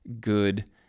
good